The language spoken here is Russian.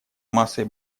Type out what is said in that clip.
массой